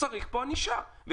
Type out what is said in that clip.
להעניש במקרים מסוימים.